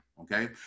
Okay